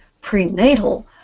prenatal